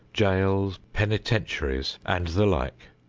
jails, penitentiaries and the like,